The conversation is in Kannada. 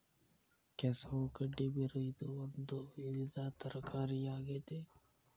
ಕೆಸವು ಗಡ್ಡಿ ಬೇರು ಇದು ಒಂದು ವಿವಿಧ ತರಕಾರಿಯ ಆಗೇತಿ